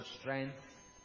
strength